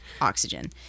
oxygen